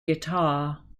guitar